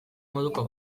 moduko